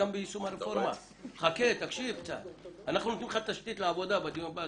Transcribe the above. אנחנו נותנים לך תשתית לעבודה בדיון הבא,